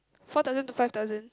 four thousand to five thousand